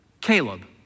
Caleb